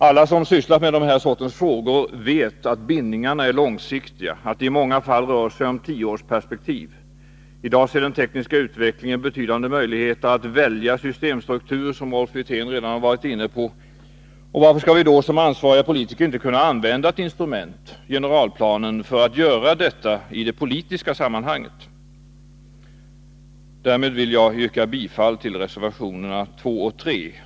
Alla som sysslat med den här sortens frågor vet att bindningarna är långsiktiga, att det i många fall rör sig om tioårsperspektiv. I dag ger den tekniska utvecklingen betydande möjligheter att välja systemstruktur, vilket Rolf Wirtén redan har varit inne på. Varför skall vi då som ansvariga politiker inte kunna använda ett instrument — generalplanen — för att göra detta i det politiska sammanhanget? Därmed vill jag yrka bifall till reservationerna 2 och 3.